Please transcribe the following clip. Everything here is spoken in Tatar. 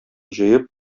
җыеп